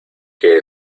que